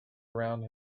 around